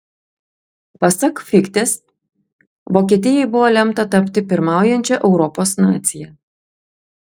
pasak fichtės vokietijai buvo lemta tapti pirmaujančia europos nacija